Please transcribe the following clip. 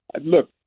Look